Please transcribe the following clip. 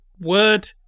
word